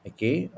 Okay